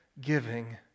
giving